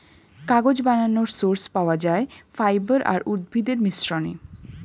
কাগজ বানানোর সোর্স পাওয়া যায় ফাইবার আর উদ্ভিদের মিশ্রণে